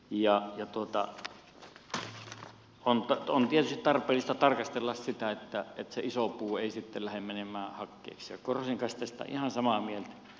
ja on tietysti tarpeellista tarkastella sitä että se iso puu ei sitten lähde menemään hakkeeksi korhosen kanssa olen tästä ihan samaa mieltä